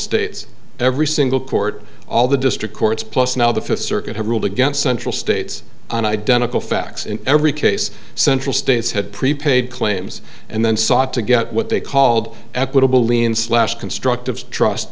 states every single court all the district courts plus now the fifth circuit have ruled against central states on identical facts in every case central states had prepaid claims and then sought to get what they called equitable lean slash constructive trust